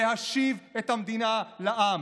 להשיב את המדינה לעם.